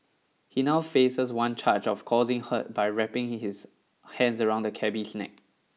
he now faces one charge of causing hurt by wrapping his hands around the cabby's neck